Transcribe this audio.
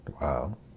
Wow